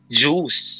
juice